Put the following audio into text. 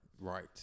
Right